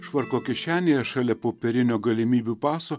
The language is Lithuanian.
švarko kišenėje šalia popierinio galimybių paso